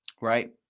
right